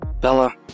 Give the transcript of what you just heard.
Bella